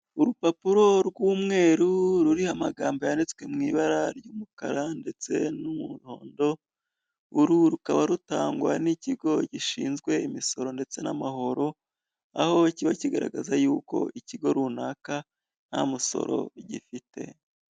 Urupapuro rw'umweru ruriho amagambo yanditswe mu ibara ry'umukara ndetse n'umuhondo, uru rukaba rutangwa n'ikigo gishinzwe imisoro ndetse n'amahoro, aho kiba kigaragaza yuko ikigo runaka nta musoro gifite.